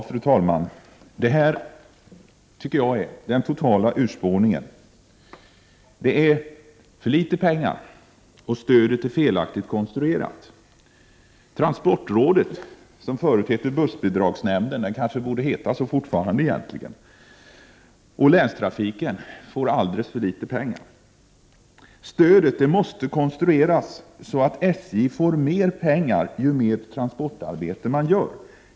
Fru talman! Det här tycker jag är den totala urspårningen. Det är för litet pengar och stödet är felaktigt konstruerat. Transportrådet — som förut hette bussbidragsnämnden, vilket det kanske egentligen borde göra fortfarande — och länstrafiken får alldeles för litet pengar. Stödet måste konstrueras så att SJ får mer pengar ju mer transportarbete man utför.